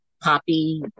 Poppy